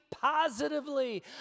positively